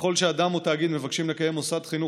ככל שאדם או תאגיד מבקשים לקיים מוסד חינוך,